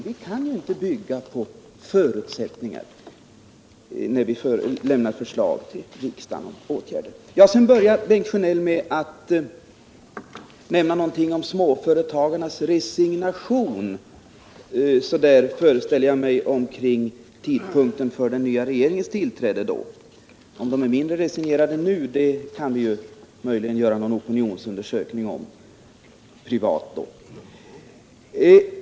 Vi kan inte bygga på gissningar eller förmodanden när vi lägger fram förslag om åtgärder till riksdagen. Bengt Sjönell nämnde något om småföretagarnas resignation, vilken Nr 56 —- föreställer jag mig — började ungefär vid den nuvarande regeringens Lördagen den tillträde. Om de är mindre resignerade nu kan vi möjligen göra en privat 17 december 1977 opinionsundersökning om.